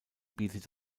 bietet